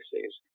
cases